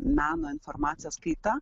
meno informacijos kaita